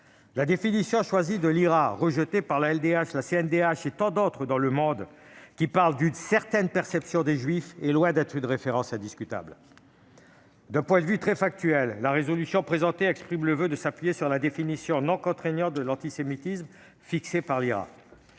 nationale consultative des droits de l'homme (CNCDH) et tant d'autres dans le monde, qui parle d'une « certaine perception des Juifs », est loin d'être une référence indiscutable. D'un point de vue très factuel, la résolution présentée exprime le voeu de s'appuyer sur « la définition, non contraignante, de l'antisémitisme fixée par l'IHRA